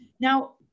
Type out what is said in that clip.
Now